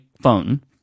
phone